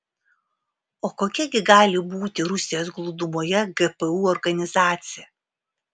o kokia gi gali būti rusijos glūdumoje gpu organizacija